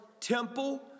temple